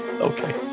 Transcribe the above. Okay